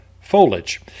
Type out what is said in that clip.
foliage